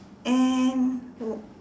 and